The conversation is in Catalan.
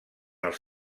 els